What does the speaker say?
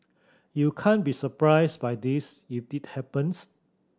you can't be surprised by this if it happens